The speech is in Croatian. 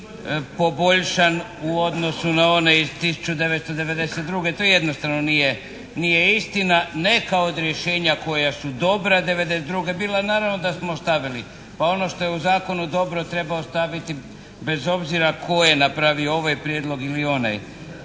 poboljšan u odnosu na onaj iz 1992. To jednostavno nije istina. Neka od rješenja koja su dobra '92. naravno da smo ostavili. Pa ono što je u zakonu dobro treba ostaviti bez obzira tko je napravio ovaj prijedlog ili onaj.